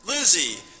Lizzie